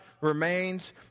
remains